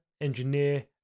engineer